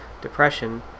depression